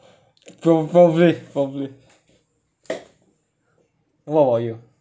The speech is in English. prob~ probably probably what about you